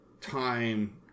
time